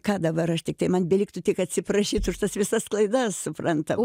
ką dabar aš tiktai man beliktų tik atsiprašyt už tas visas klaidas suprantama